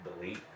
Delete